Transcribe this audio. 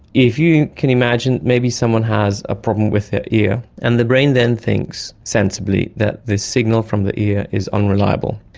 if you can imagine maybe someone has a problem with their ear and the brain then thinks, sensibly, that this signal from the ear is unreliable.